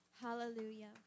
Hallelujah